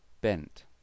Bent